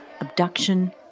abduction